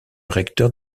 recteur